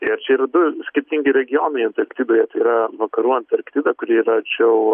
ir čia yra du skirtingi regionai antarktidoje tai yra vakarų antarktida kuri yra arčiau